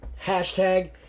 #Hashtag